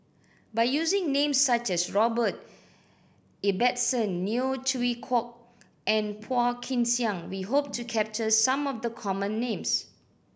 by using names such as Robert Ibbetson Neo Chwee Kok and Phua Kin Siang we hope to capture some of the common names